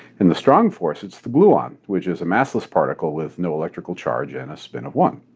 in the strong force, it's the gluon, which is a massless particle with no electrical charge and a spin of one.